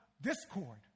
discord